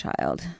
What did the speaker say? child